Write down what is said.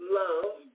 love